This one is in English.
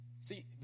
See